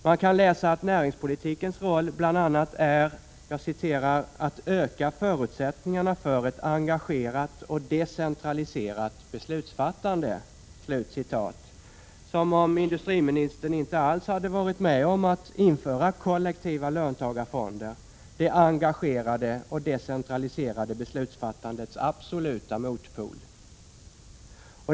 Man kan läsa att näringspolitikens roll bl.a. är att ”öka förutsättningarna för ett engagerat och decentraliserat beslutsfattande” — som om industriministern inte alls hade varit med om att införa kollektiva löntagarfonder, det engagerade och decentraliserade beslutsfattandets absoluta motpol!